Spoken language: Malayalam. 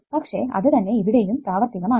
പക്ഷെ അത് തന്നെ ഇവിടെയും പ്രാവർത്തികം ആണ്